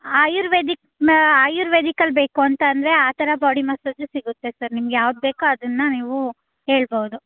ಆಯುರ್ವೇದಿಕನ್ನ ಆಯುರ್ವೇದಿಕಲ್ಲಿ ಬೇಕು ಅಂತ ಅಂದರೆ ಆ ಥರ ಬಾಡಿ ಮಸಾಜು ಸಿಗುತ್ತೆ ಸರ್ ನಿಮ್ಗೆ ಯಾವ್ದು ಬೇಕೋ ಅದನ್ನು ನೀವು ಹೇಳ್ಬೌದು